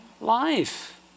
life